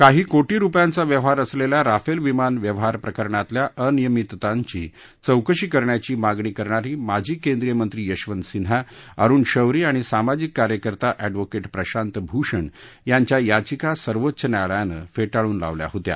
काही कोटी रूपयांचा व्यवहार असलेल्या राफेल विमान व्यवहार प्रकरणातल्या अनियमिततांची चौकशी करण्याची मागणी करणारी माजी केंद्रीय मंत्री यशवंत सिन्हा अरूण शौरी आणि सामाजिक कार्यकर्ता एडव्होकेट प्रशांत भूषण यांच्या याचिका सर्वोच्च न्यायालयानं फेटाळून लावल्या होत्या